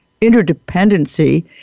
Interdependency